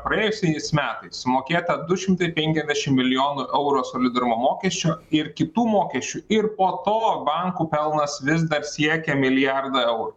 praėjusiais metais sumokėta du šimtai penkiasdešimt milijonų eurų solidarumo mokesčio ir kitų mokesčių ir o po to bankų pelnas vis dar siekia milijardą eurų